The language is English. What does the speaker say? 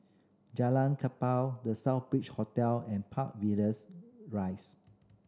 Jalan Kapal The Southbridge Hotel and Park Villas Rise